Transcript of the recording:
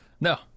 No